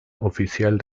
oficial